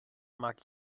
mag